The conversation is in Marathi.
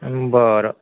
बरं